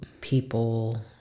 people